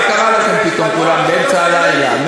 מה קרה לכם פתאום, כולם, באמצע הלילה.